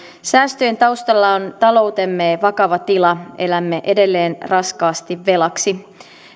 säästöjen taustalla on taloutemme vakava tila elämme edelleen raskaasti velaksi